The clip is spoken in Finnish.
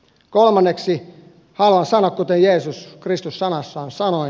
kolmanneksi haluan sanoa kuten jeesus kristus sanassaan sanoi